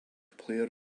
player